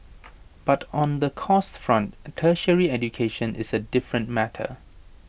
but on the costs front tertiary education is A different matter